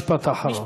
משפט אחרון.